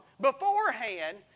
beforehand